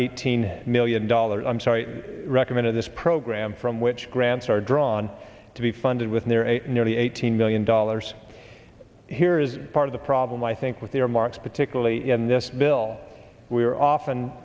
eighteen million dollars i'm sorry recommended this program from which grants are drawn to be funded with nearly eighteen million dollars here is part of the problem i think with their marks particularly in this bill we are often